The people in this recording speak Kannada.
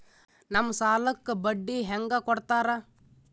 ನಮ್ ಸಾಲಕ್ ಬಡ್ಡಿ ಹ್ಯಾಂಗ ಕೊಡ್ತಾರ?